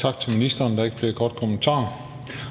sat til afstemning på torsdag, den førstkommende torsdag.